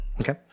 okay